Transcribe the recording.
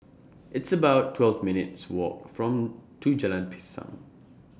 It's about twelve minutes Walk from to Jalan Pisang